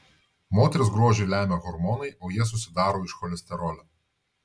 moters grožį lemia hormonai o jie susidaro iš cholesterolio